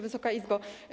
Wysoka Izbo!